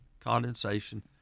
condensation